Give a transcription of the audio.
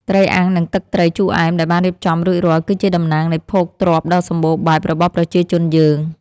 ត្រីអាំងនិងទឹកត្រីជូរអែមដែលបានរៀបចំរួចរាល់ គឺជាតំណាងនៃភោគទ្រព្យដ៏សម្បូរបែបរបស់ប្រជាជនយើង។